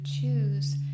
choose